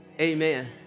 amen